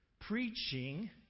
preaching